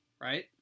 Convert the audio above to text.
right